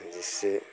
जिससे